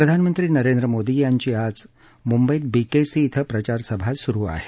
प्रधानमंत्री नरेंद्र मोदी यांची आज मुंबईत बीकेसी क्विं प्रचारसभा सुरु आहे